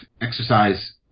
exercise